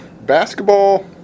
basketball